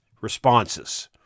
responses